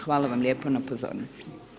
Hvala vam lijepo na pozornosti.